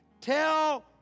tell